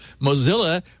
Mozilla